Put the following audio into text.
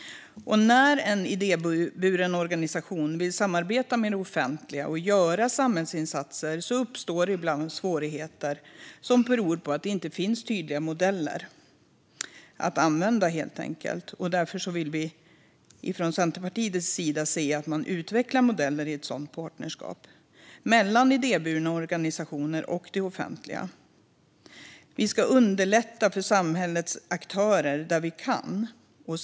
När en idéburen organisation vill samarbeta med det offentliga och göra samhällsinsatser uppstår ibland svårigheter som beror på att det inte finns tydliga modeller att använda. Därför vill vi från Centerpartiets sida se att man utvecklar modeller för ett sådant partnerskap mellan idéburna organisationer och det offentliga. Vi ska underlätta för civilsamhällets aktörer där vi kan.